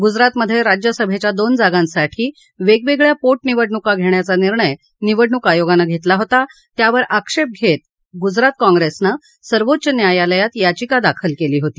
गुजरातमधे राज्यसभेच्या दोन जागांसाठी वेगवेगळ्या पोट निवडणुका घेण्याचा निर्णय निवडणूक आयोगानं घेतला होता त्यावर आक्षेप घेत गुजरात काँग्रेसनं सर्वोच्च न्यायालयात याचिका दाखल केली होती